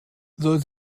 soll